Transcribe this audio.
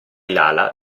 lala